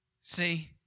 see